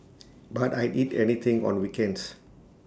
but I'd eat anything on weekends